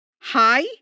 Hi